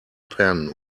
pen